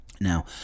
Now